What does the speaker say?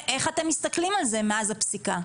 איך אתם מסתכלים על זה מאז הפסיקה?